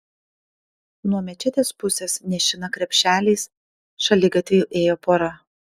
nuo mečetės pusės nešina krepšeliais šaligatviu ėjo pora